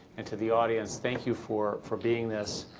and to the audience, thank you for for being this.